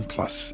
Plus